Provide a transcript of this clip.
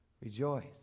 Rejoice